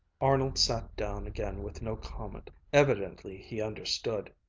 arnold sat down again with no comment. evidently he understood.